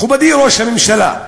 מכובדי ראש הממשלה,